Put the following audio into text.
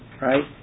Right